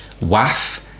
Waff